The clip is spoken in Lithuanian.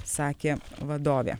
sakė vadovė